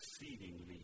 exceedingly